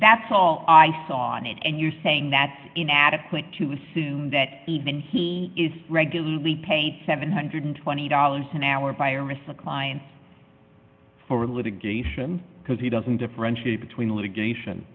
that's all i saw on it and you're saying that's inadequate to assume that even he is regularly paid seven hundred and twenty dollars an hour buyer missa clients for litigation because he doesn't differentiate between litigation